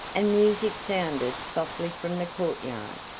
and music sounded softly from the courtyard.